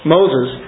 Moses